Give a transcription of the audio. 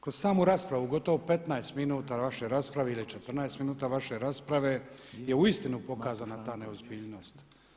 Kroz samu raspravu, gotovo 15 minutnoj vašoj raspravi ili 14 minuta vaše rasprave je uistinu pokazana ta neozbiljnost.